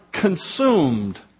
consumed